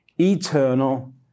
eternal